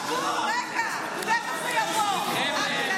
אדוני.